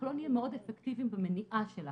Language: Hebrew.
לא נהיה מאוד אפקטיביים במניעה שלה.